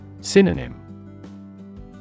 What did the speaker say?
Synonym